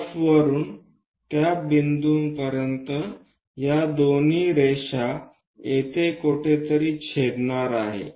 F वरुन त्या बिंदूपर्यंत या दोन्ही रेषा येथे कुठेतरी छेदणार आहेत